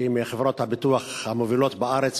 שהיא מחברות הביטוח המובילות בארץ,